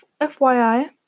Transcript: FYI